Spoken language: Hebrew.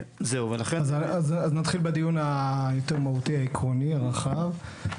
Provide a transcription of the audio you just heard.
אז נתחיל בדיון היותר מהותי, העקרוני, הרחב.